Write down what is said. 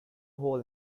hole